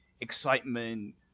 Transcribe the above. excitement